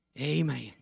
Amen